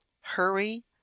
hurry